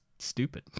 stupid